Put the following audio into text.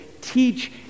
teach